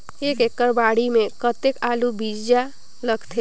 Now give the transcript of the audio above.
एक एकड़ बाड़ी मे कतेक आलू बीजा लगथे?